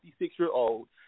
56-year-old